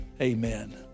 Amen